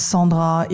Sandra